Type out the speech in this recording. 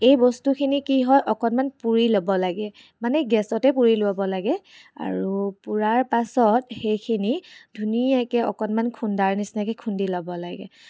এই বস্তুখিনি কি হয় অকণমান পুৰি ল'ব লাগে মানে গেছতে পুৰি ল'ব লাগে আৰু পোৰাৰ পাছত সেইখিনি ধুনীয়াকৈ অকণমান খুন্দাৰ নিচিনাকৈ খুন্দি ল'ব লাগে